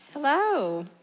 Hello